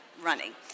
Running